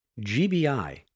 GBI